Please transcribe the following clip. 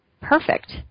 perfect